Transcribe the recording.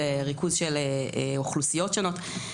וריכוז של אוכלוסיות שונות.